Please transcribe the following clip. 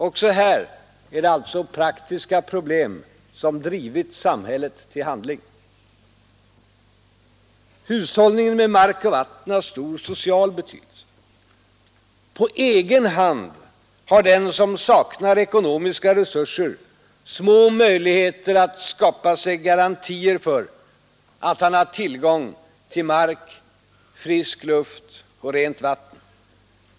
Också här är det alltså praktiska problem som drivit samhället till handling. Hushållningen med mark och vatten har stor social betydelse. På egen hand har den som saknar ekonomiska resurser små möjligheter att skaffa sig garantier för att han har tillgång till mark, frisk luft och rent vatten.